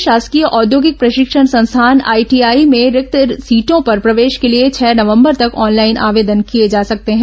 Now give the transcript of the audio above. प्रदेश के शासकीय औद्योगिक प्रशिक्षण संस्थान आईटीआई में रिक्त सीटों पर प्रवेश के लिए छह नवंबर तक ऑनलाइन आवेदन किए जा सकते हैं